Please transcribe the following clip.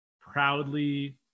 proudly